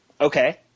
Okay